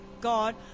God